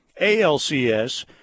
ALCS